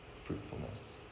fruitfulness